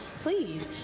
Please